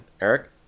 Eric